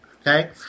Okay